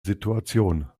situation